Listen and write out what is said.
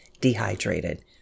dehydrated